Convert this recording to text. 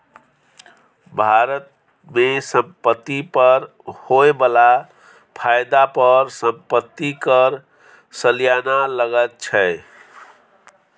भारत मे संपत्ति पर होए बला फायदा पर संपत्ति कर सलियाना लगैत छै